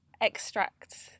extracts